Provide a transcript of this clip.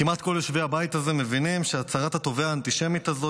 כמעט כל יושבי הבית הזה מבינים שהצהרת התובע האנטישמית הזאת